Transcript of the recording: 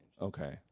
okay